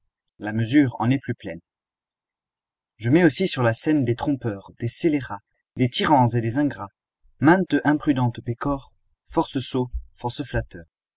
la mesure en est plus pleine je mets aussi sur la scène des trompeurs des scélérats des tyrans et dos ingrats mainte imprudente pécore force sots force flatteurs